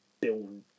build